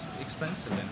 expensive